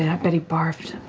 yeah bet he barfed.